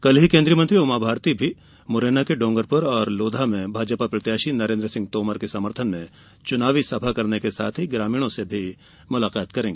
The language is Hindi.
वहीं केंद्रीय मंत्री उमा भारती कल मुरैना के डोंगरपुर लोधा में भाजपा प्रत्याशी नरेद्र सिंह तोमर के समर्थन में चुनावी सभा करने के साथ ही ग्रामीणों से मुलाकात करेंगी